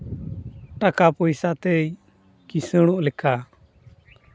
ᱴᱟᱠᱟ ᱯᱚᱭᱥᱟ ᱛᱮᱭ ᱠᱤᱥᱟᱹᱲᱚᱜ ᱞᱮᱠᱟ